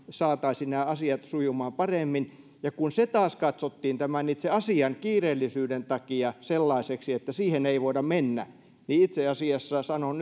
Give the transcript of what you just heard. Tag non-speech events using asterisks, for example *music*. saataisiin nämä asiat sujumaan paremmin ja kun se taas katsottiin tämän itse asian kiireellisyyden takia sellaiseksi että siihen ei voida mennä niin itse asiassa sanon *unintelligible*